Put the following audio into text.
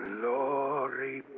Glory